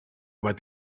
bat